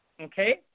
Okay